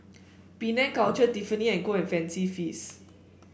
Penang Culture Tiffany And Co and Fancy Feast